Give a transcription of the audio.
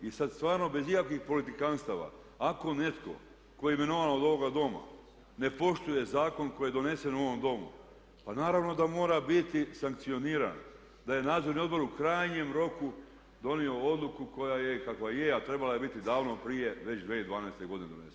I sada stvarno bez ikakvih politikanstava ako netko tko je imenovan od ovoga Doma ne poštuje zakon koji je donesen u ovom domu pa naravno da mora biti sankcioniran, da je nadzorni odbor u krajnjem roku donio odluku koja je i kakva je a trebala je biti davno prije već 2012. godine donesena.